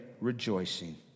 rejoicing